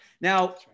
Now